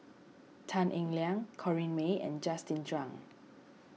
Tan Eng Liang Corrinne May and Justin Zhuang